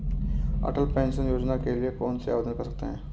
अटल pension Yojana के लिए कौन आवेदन कर सकता है?